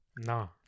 No